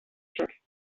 track